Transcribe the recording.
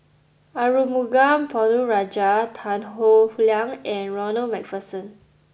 Arumugam Ponnu Rajah Tan Howe Liang and Ronald MacPherson